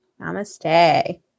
Namaste